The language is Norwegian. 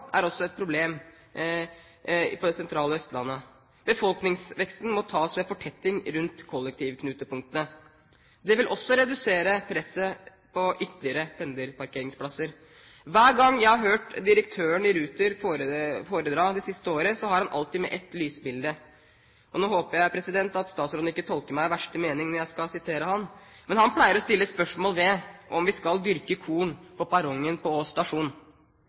er også et problem på det sentrale Østlandet. Befolkningsveksten må tas ved fortetting rundt kollektivknutepunktene. Det vil også redusere presset på ytterligere pendlerparkeringsplasser. Hver gang jeg har hørt direktøren i Ruter foredra de siste årene, har han alltid med et lysbilde. Nå håper jeg at ikke statsråden tolker meg i verste mening når jeg skal referere ham, men han pleier å stille spørsmål ved om vi skal dyrke korn på perrongen på Ås stasjon. Ås er et viktig knutepunkt og